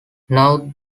now